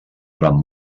durant